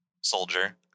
soldier